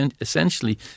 essentially